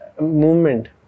movement